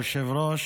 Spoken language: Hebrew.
היושב-ראש,